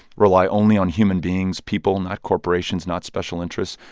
rely only on human beings, people, not corporations, not special interests.